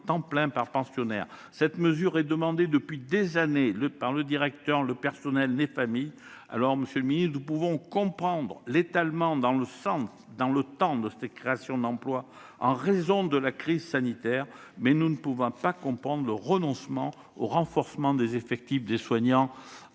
plein (ETP) par pensionnaire. Cette mesure est demandée depuis des années par les directeurs, le personnel et les familles. Si nous pouvons comprendre l'étalement dans le temps de ces créations d'emploi en raison de la crise sanitaire, nous ne pouvons pas comprendre le renoncement au renforcement des effectifs en Ehpad,